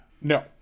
No